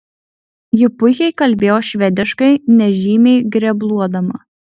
ji puikiai kalbėjo švediškai nežymiai grebluodama